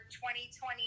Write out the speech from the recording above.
2020